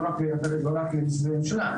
לא רק למשרדי ממשלה,